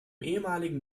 ehemaligen